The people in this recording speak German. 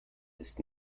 ist